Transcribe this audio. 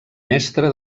mestre